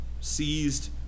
seized